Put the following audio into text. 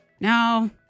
no